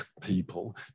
people